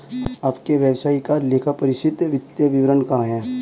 आपके व्यवसाय का लेखापरीक्षित वित्तीय विवरण कहाँ है?